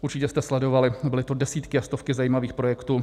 Určitě jste sledovali, byly to desítky a stovky zajímavých projektů.